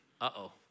Uh-oh